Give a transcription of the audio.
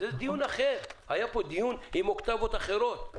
זה דיון אחר, אז היה פה דיון עם אוקטבות אחרות.